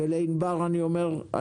לענבר אני אומר,